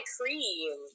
cream